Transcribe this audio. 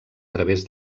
través